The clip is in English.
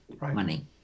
money